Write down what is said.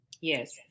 Yes